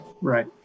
Right